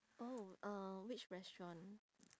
oh uh which restaurant